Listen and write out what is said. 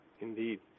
Indeed